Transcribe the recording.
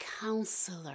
Counselor